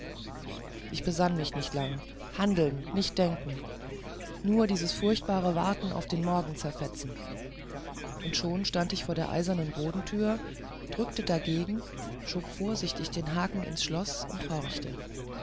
ich besann mich nicht lang handeln nicht denken nur dies furchtbare warten auf den morgen zerfetzen und schon stand ich vor der eisernen bodentüre drückte dagegen schob vorsichtig den haken ins schloß und horchte